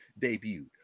debuted